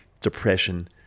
depression